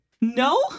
No